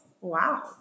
Wow